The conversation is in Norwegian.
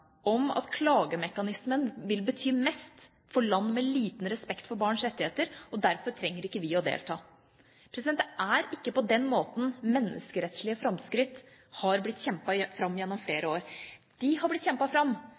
om at klagemekanismen vil bety mest for land med liten respekt for barns rettigheter, og derfor trenger vi ikke å delta. Det er ikke på den måten menneskerettslige framskritt har blitt kjempet fram gjennom flere år. De har blitt kjempet fram